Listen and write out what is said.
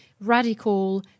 radical